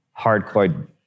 hardcore